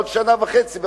בעוד שנה וחצי,